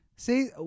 See